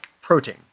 Protein